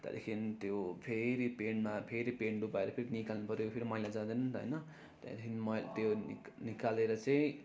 त्यहाँदेखिन् त्यो फेरि पेन्टमा फेरि पेन्ट डुबाएर फेरि निकाल्नु पऱ्यो फेरि मैला जादैन नि त होइन त्यहाँदेखिन् त्यो निकालेर चाहिँ